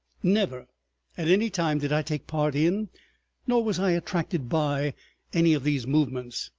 never at any time did i take part in nor was i attracted by any of these movements.